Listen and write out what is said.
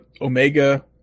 Omega